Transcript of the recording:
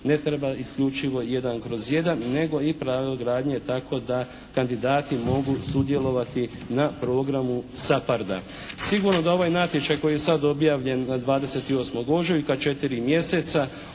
ne treba isključivo jedan kroz jedan, nego i pravo gradnje tako da kandidati mogu sudjelovati na programu SAPHARD-a. Sigurno da ovaj natječaj koji je sad objavljen 28. ožujka, 4 mjeseca